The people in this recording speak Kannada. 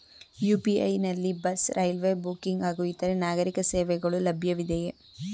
ಯು.ಪಿ.ಐ ನಲ್ಲಿ ಬಸ್, ರೈಲ್ವೆ ಬುಕ್ಕಿಂಗ್ ಹಾಗೂ ಇತರೆ ನಾಗರೀಕ ಸೇವೆಗಳು ಲಭ್ಯವಿದೆಯೇ?